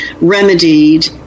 remedied